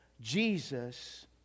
Jesus